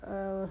uh